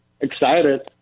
excited